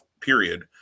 period